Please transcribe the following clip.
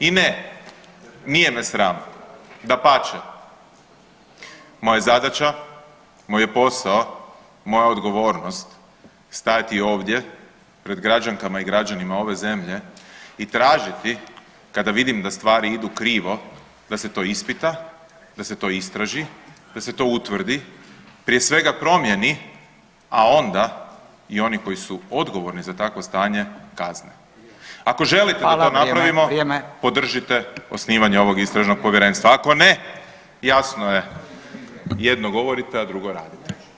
I ne, nije me sram, dapače, moja je zadaća, moj posao, moj odgovornost stajati ovdje pred građankama i građanima ove zemlje i tražiti kada vidim da stvari idu krivo da se to ispita, da se to istraži, da se to utvrdi, prije svega promijeni, a onda i oni koji su odgovorni za takvo stanje kazne [[Upadica Radin: Hvala, hvala vrijeme.]] Ako želite da to napravimo podržite osnivanje ovog istražnog povjerenstva, ako ne jasno je jedno govorite, a drugo radite.